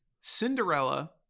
Cinderella